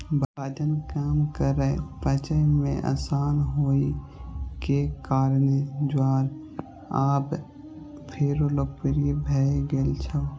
वजन कम करै, पचय मे आसान होइ के कारणें ज्वार आब फेरो लोकप्रिय भए गेल छै